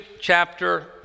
chapter